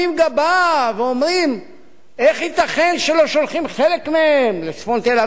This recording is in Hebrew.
איך ייתכן שלא שולחים חלק מהם לצפון תל-אביב ולשכונות יוקרה?